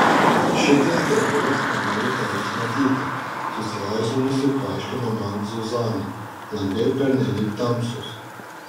šitas debilas negali tavęs matyti susierzinusi paaiškino man zuzana langai pernelyg tamsūs